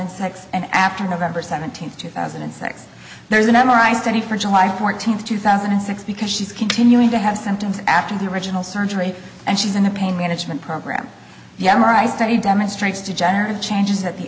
and six and after november seventeenth two thousand and six there's an m r i study for july fourteenth two thousand and six because she's continuing to have symptoms after the original surgery and she's in a pain management program yammer i study demonstrates degenerative changes that the